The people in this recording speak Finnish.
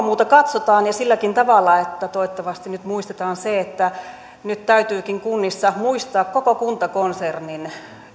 muuta sitä katsotaan ja silläkin tavalla että toivottavasti nyt muistetaan se nyt täytyykin kunnissa muistaa koko kuntakonsernin